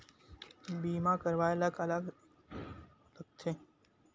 बीमा करवाय ला का का लगथे?